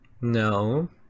No